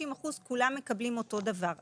כולם מקבלים את אותו הדבר ב-50%,